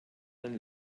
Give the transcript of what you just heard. dann